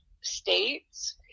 states